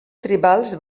tribals